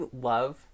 love